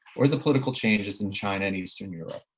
or the political changes in china and eastern europe,